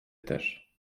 też